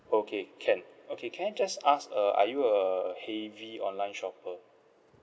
okay can okay can I just ask uh are you a heavy online shopper